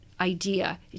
idea